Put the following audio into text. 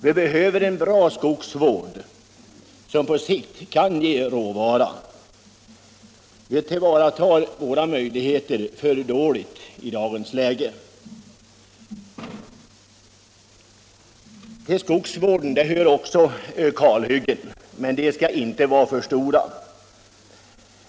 Vi behöver en bra skogsvård, som på sikt kan ge råvara, men vi tillvaratar våra möjligheter alltför dåligt i dagens läge. Till skogsvården hör också kalhyggen, men de skall inte vara för stora.